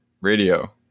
radio